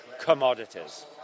commodities